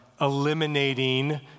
eliminating